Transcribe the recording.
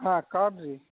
হ্যাঁ